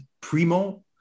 Primo